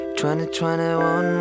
2021